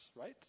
right